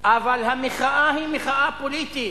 אבל המחאה היא מחאה פוליטית,